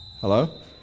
Hello